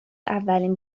اولین